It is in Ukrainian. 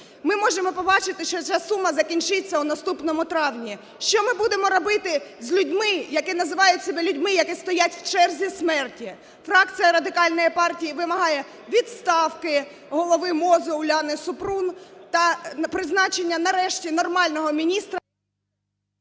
Ми можемо побачити, що ця сума закінчиться у наступному травні, що ми будемо робити з людьми, які називають себе людьми, які стоять в черзі смерті? Фракція Радикальної партії вимагає відставки голови МОЗу Уляни Супрун та призначення, нарешті, нормального міністра…